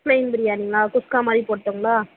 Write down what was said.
plain பிரியாணிங்களா குஸ்கா மாதிரி போட்டுங்களா